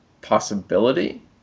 possibility